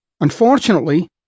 Unfortunately